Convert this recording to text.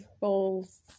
bowls